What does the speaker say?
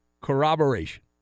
corroboration